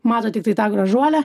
mato tiktai tą gražuolę